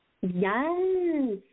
Yes